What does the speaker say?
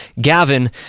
Gavin